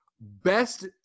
best